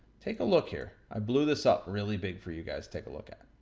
take a look here. i blew this up really big for you guys. take a look at